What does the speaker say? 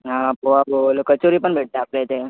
हां पोहा पोवलं कचोरी पण भेटते आपल्या इथे